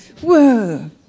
Whoa